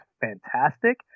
fantastic